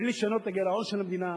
בלי לשנות את הגירעון של המדינה.